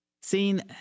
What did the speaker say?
seen